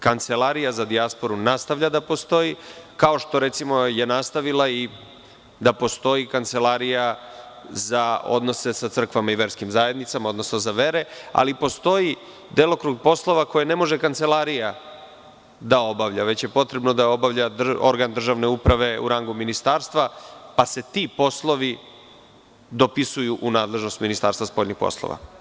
Kancelarija za dijasporu nastavlja da postoji, kao što je nastavila i Kancelarija za odnose sa crkvama i verskim zajednicama, odnosno za vere, ali postoji delokrug poslova koji ne može kancelarija da obavlja, već je potrebno da obavlja organ državne uprave u rangu ministarstva, pa se ti poslovi dopisuju u nadležnost Ministarstva spoljnih poslova.